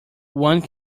one